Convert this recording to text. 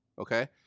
Okay